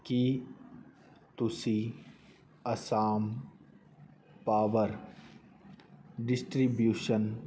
ਕੀ ਤੁਸੀਂ Assam power distribution